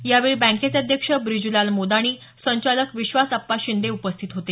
यावेळी बँकेचे अध्यक्ष ब्रिजलाल मोदाणी संचालक विश्वास आप्पा शिंदे उपस्थित होते